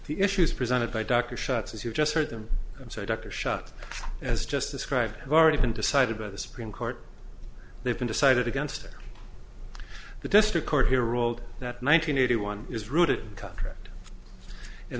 the issues presented by dr shots as you just heard them say doctor shot as just described have already been decided by the supreme court they've decided against it the district court here ruled that nine hundred eighty one is rooted in contract and